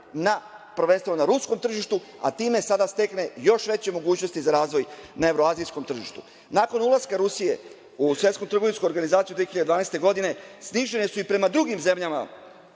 na ruskom tržištu, a time sada stekne još veće mogućnosti za razvoj na evroazijskom tržištu. Nakon ulaska Rusije u Svetsku trgovinsku organizaciju 2012. godine, snižene su i prema drugim zemljama